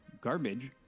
garbage